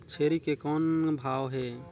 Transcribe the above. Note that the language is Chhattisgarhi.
छेरी के कौन भाव हे?